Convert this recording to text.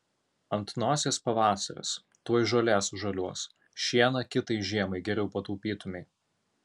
ant nosies pavasaris tuoj žolė sužaliuos šieną kitai žiemai geriau pataupytumei